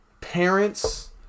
parents